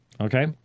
Okay